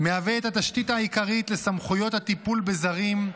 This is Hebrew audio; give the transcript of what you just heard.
מהווה את התשתית העיקרית לסמכויות הטיפול בזרים,